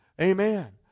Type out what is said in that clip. Amen